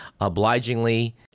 obligingly